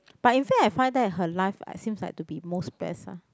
but in fact I find that her life are seems like the most blessed ah